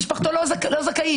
משפחתו לא זכאית.